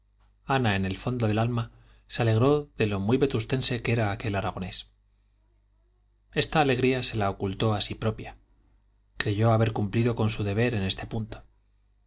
ana en el fondo del alma se alegró de lo muy vetustense que era aquel aragonés esta alegría se la ocultó a sí propia creyó haber cumplido con su deber en este punto